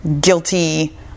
guilty